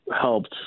helped